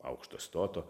aukšto stoto